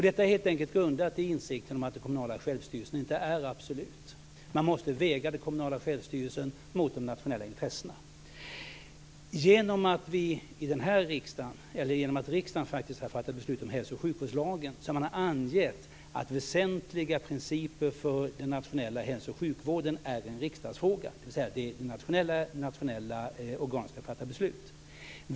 Detta är helt enkelt grundat i insikten att den kommunala självstyrelsen inte är absolut. Man måste väga den kommunala självstyrelsen mot de nationella intressena. Genom att riksdagen har fattat beslut om hälsooch sjukvårdslagen har man angett att väsentliga principer för den nationella hälso och sjukvården är en riksdagsfråga, dvs. att det är det nationella organet som ska fatta beslut.